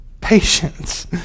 patience